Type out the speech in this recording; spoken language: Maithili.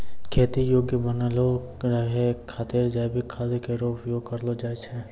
खेती योग्य बनलो रहै खातिर जैविक खाद केरो उपयोग करलो जाय छै